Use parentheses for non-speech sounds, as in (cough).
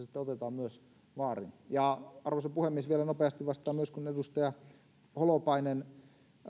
(unintelligible) sitten otetaan myös vaarin arvoisa puhemies vielä nopeasti vastaan myös kun edustaja holopainen